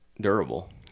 durable